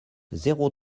zéro